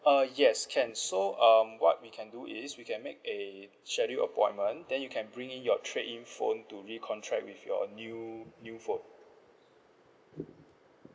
uh yes can so um what we can do is we can make a schedule appointment then you can bring in your trade in phone to recontract with your new new phone